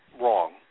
wrong